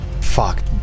Fuck